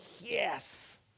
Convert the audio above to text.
yes